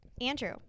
Andrew